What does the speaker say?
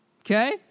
Okay